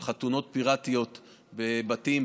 של חתונות פירטיות בבתים,